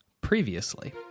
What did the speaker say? Previously